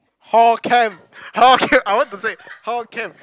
how can how can I want to say how can